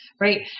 right